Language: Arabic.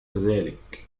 ذلك